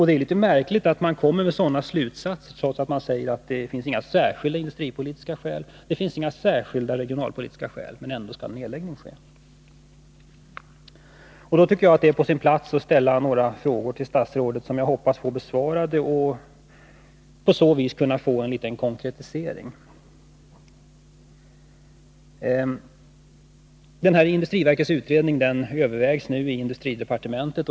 Det är litet märkligt att komma med sådana slutsatser, trots att man säger att det inte finns några särskilda industripolitiska eller särskilda regionalpolitiska skäl. Jag tycker att det vore på sin plats att ställa några frågor till statsrådet som jag hoppas få besvarade för att på så sätt få litet konkretisering. Industriverkets utredning övervägs nu inom industridepartementet.